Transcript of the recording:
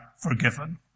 forgiven